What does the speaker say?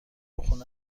خونه